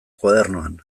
koadernoan